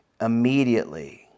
immediately